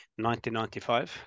1995